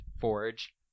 forge